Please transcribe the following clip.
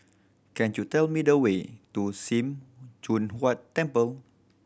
can you tell me the way to Sim Choon Huat Temple